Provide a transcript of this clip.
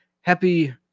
happy